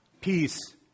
Peace